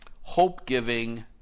hope-giving